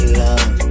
love